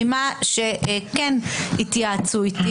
ממה שהתייעצו איתי,